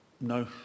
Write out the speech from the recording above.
no